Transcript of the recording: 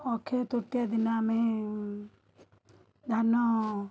ଅକ୍ଷୟତୃତୀୟାଦିନ ଆମେ ଧାନ